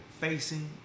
facing